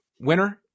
winner